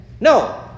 No